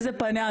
איזה פניה,